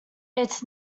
its